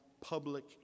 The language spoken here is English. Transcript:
public